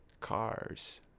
cars